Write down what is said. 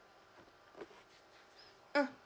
mm